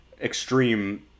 extreme